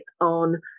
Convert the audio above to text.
on